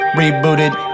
rebooted